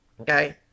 Okay